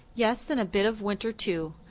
yes, and a bit of winter, too.